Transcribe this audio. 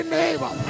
neighbor